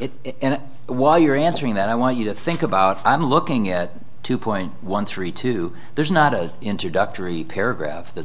it and while you're answering that i want you to think about i'm looking at two point one three two there's not a introductory paragraph that